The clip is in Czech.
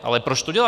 Ale proč to dělá?